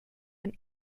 and